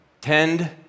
tend